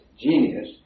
genius